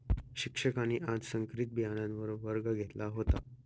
शिक्षकांनी आज संकरित बियाणांवर वर्ग घेतला होता